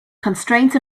constraints